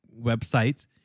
websites